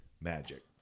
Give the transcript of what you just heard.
magic